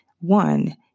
one